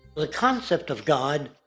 the concept of god,